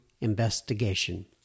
investigation